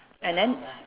and then